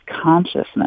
consciousness